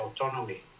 autonomy